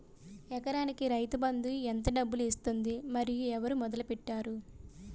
ఎకరానికి రైతు బందు ఎంత డబ్బులు ఇస్తుంది? మరియు ఎవరు మొదల పెట్టారు?